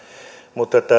mutta